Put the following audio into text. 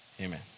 Amen